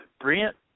Brent